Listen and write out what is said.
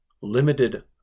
limited